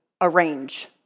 arrange